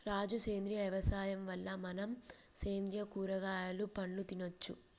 రాజు సేంద్రియ యవసాయం వల్ల మనం సేంద్రియ కూరగాయలు పండ్లు తినచ్చు